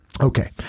okay